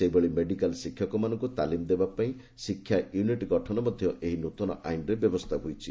ସେହିଭଳି ମେଡିକାଲ୍ ଶିକ୍ଷକମାନଙ୍କୁ ତାଲିମ୍ ଦେବାପାଇଁ ଶିକ୍ଷା ୟୁନିଟ୍ ଗଠନ ମଧ୍ୟ ଏହି ନୂତନ ଆଇନରେ ବ୍ୟବସ୍ଥା ହୋଇଛି